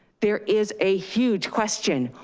there is a huge question.